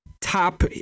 Top